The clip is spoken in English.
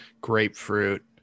grapefruit